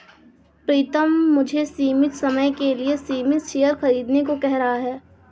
प्रितम मुझे सीमित समय के लिए सीमित शेयर खरीदने को कह रहा हैं